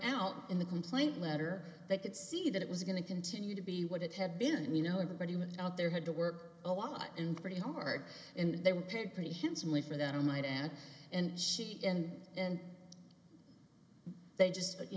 out in the complaint letter they could see that it was going to continue to be what it had been you know everybody was out there had to work a lot and pretty hard and they were paid pretty handsome lee for that i might add and she and and they just you